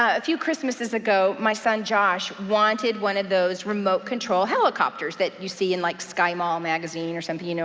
ah a few christmas's ago, my son josh wanted one of those remote control helicopters that you see in like sky mall magazine, or something, you know,